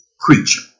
creature